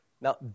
Now